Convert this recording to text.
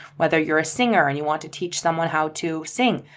whether you're a singer and you want to teach someone how to sing,